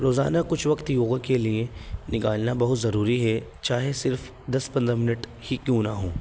روزانہ کچھ وقت یگا کے لیے نکالنا بہت ضروری ہے چاہے صرف دس پندرہ منٹ ہی کیوں نہ ہوں